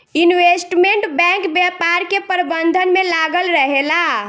investment bank व्यापार के प्रबंधन में लागल रहेला